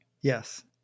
Yes